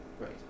Right